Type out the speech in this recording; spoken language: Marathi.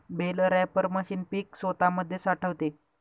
बेल रॅपर मशीन पीक स्वतामध्ये साठवते